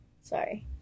sorry